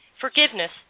forgiveness